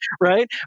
right